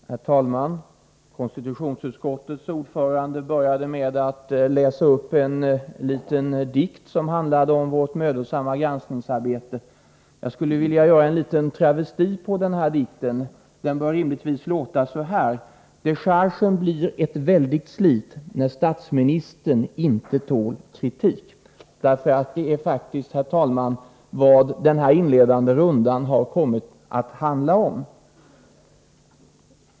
Herr talman! Konstitutionsutskottets ordförande började med att läsa upp en liten dikt, som handlade om vårt mödosamma granskningsarbete. Jag skulle vilja göra en travesti på den dikten. Den bör rimligtvis låta så här: ”Dechargen blir ett väldigt slit, när statsministern inte tål kritik.” Det är faktiskt vad den här inledande rundan har kommit att handla om.